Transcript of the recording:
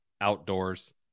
outdoors